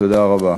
תודה רבה.